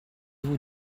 vous